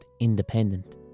independent